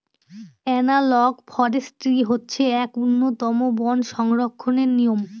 analogue forestry হচ্ছে এক উন্নতম বন সংরক্ষণের নিয়ম